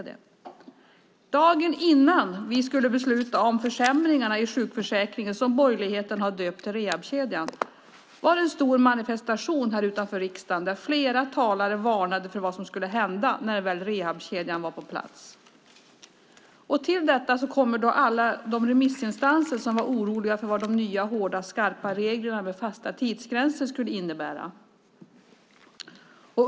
Dagen innan vi skulle besluta om försämringarna i sjukförsäkringen som borgerligheten har döpt till rehabkedjan var det en stor manifestation här utanför riksdagen, där flera talare varnade för vad som skulle hända när väl rehabkedjan var på plats. Till detta kommer alla de remissinstanser som var oroliga för vad de nya, hårda, skarpa reglerna med fasta tidsgränser skulle innebära.